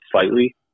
slightly